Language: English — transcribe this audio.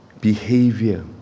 behavior